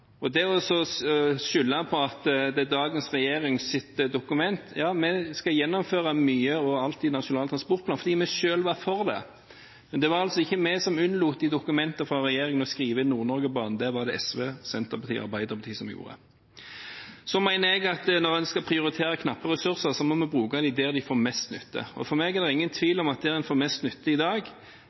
dagens regjerings dokument, så ja, vi skal gjennomføre mye og alt i Nasjonal transportplan fordi vi selv var for det – men det var altså ikke vi som unnlot å skrive inn Nord-Norgebanen i dokumentet fra regjeringen – det var det SV, Senterpartiet og Arbeiderpartiet som gjorde. Jeg mener at når man skal prioritere knappe ressurser, må vi bruke dem der de får mest nytte. For meg er det ingen tvil om at for å få mest nytte i dag